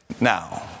now